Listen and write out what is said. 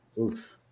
Oof